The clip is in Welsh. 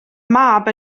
mab